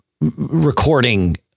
recording